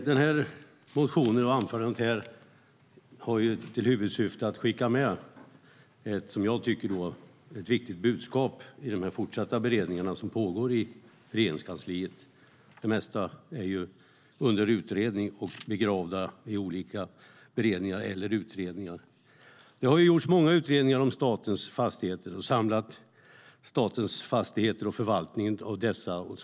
Herr talman! Min motion och mitt anförande här har till huvudsyfte att skicka med ett viktigt budskap till de fortsatta beredningar som pågår i Regeringskansliet. Det mesta är ju under utredning och begravt i olika beredningar eller utredningar. Det har gjorts många utredningar om statens fastigheter och förvaltningen av dessa.